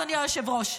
אדוני היושב-ראש.